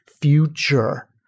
future